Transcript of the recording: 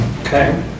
Okay